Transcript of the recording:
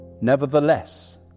Nevertheless